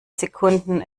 sekunden